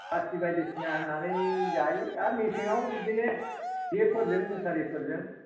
फासि बायदिसिना होनानै जायो आरो मेसेंआव बिदिनो जेफोरजों मुसारिफोरजों